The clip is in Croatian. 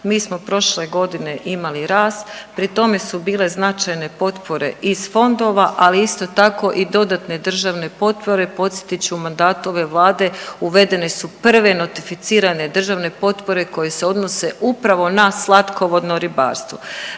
mi smo prošle godine imali rast, pri tome su bile značajne potpore iz fondova, ali isto tako i dodatne državne potpore. Podsjetit ću u mandatu ove Vlade uvedene su prve notificirane državne potpore koje se odnose upravo na slatkovodno ribarstvo.